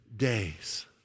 days